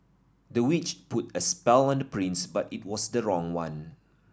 the witch put a spell on the prince but it was the wrong one